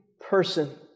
person